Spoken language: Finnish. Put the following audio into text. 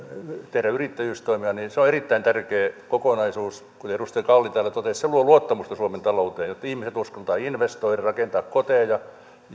tehdään yrittäjyystoimia on erittäin tärkeä kokonaisuus kuten edustaja kalli täällä totesi se luo luottamusta suomen talouteen jotta ihmiset uskaltavat investoida rakentaa koteja